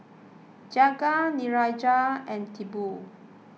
Jagat Niraj and Tipu